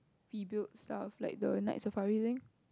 rebuild stuff like the Night Safari thing